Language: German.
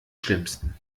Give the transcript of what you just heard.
schlimmsten